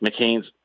McCain's